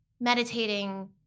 meditating